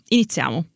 Iniziamo